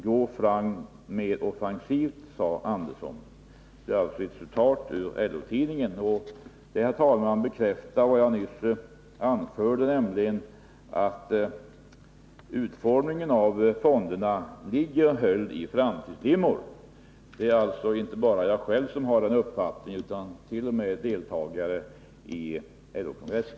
Gå fram mer offensivt, sa Andersson.” Detta är som sagt ett citat ur LO-tidningen, och det bekräftar, herr talman, vad jag nyss anförde, nämligen att utformningen av fonderna ligger höljd i framtidsdimmor. Det är inte bara jag själv som har den uppfattningen, utan t.o.m. deltagare i LO-kongressen.